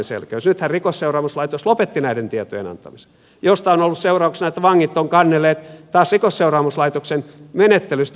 nythän rikosseuraamuslaitos lopetti näiden tietojen antamisen mistä on ollut seurauksena että vangit ovat kannelleet taas rikosseuraamuslaitoksen menettelystä hallintoprosesseissa